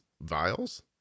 Vials